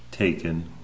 Taken